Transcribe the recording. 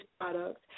products